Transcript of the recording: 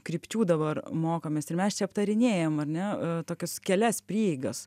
krypčių dabar mokomės ir mes čia aptarinėjam ar ne tokias kelias prieigas